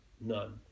none